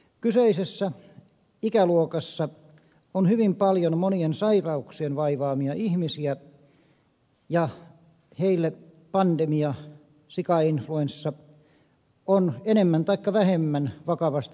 kyseisessä ikäluokassa on hyvin paljon monien sairauksien vaivaamia ihmisiä ja heille pandemia sikainfluenssa on enemmän taikka vähemmän vakavasti hengenvaarallinen